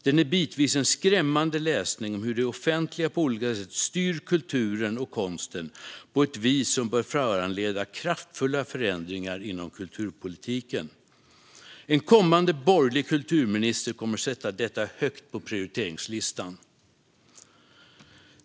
Det är en bitvis skrämmande läsning om hur det offentliga på olika sätt styr kulturen och konsten på ett vis som bör föranleda kraftfulla förändringar inom kulturpolitiken. En kommande borgerlig kulturminister kommer att sätta detta högt på prioriteringslistan.